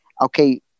Okay